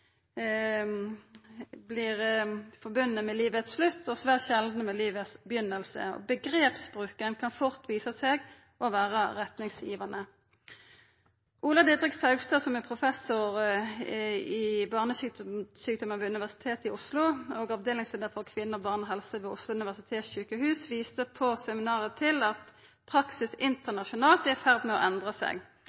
med livets slutt og svært sjeldan med livets byrjing. Bruken av omgrep kan fort visa seg å vera retningsgivande. Ola Didrik Saugstad, som er professor i barnesjukdommar ved Universitetet i Oslo og avdelingsleiar for Avdeling for kvinne- og barnehelse ved Oslo universitetssykehus, viste på seminaret til at praksis internasjonalt er i ferd med å endra seg.